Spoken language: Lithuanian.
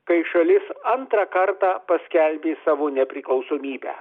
kai šalis antrą kartą paskelbė savo nepriklausomybę